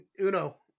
Uno